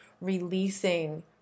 releasing